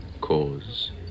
Cause